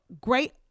great